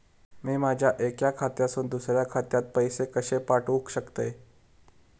मी माझ्या एक्या खात्यासून दुसऱ्या खात्यात पैसे कशे पाठउक शकतय?